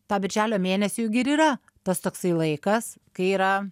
tą birželio mėnesį jug ir yra tas toksai laikas kai yra